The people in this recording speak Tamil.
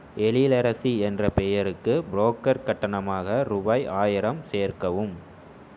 எழிலரசி என்ற பெயருக்கு புரோக்கர் கட்டணமாக ரூபாய் ஆயிரம் சேர்க்கவும்